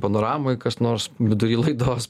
panoramoj kas nors vidury laidos